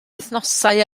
wythnosau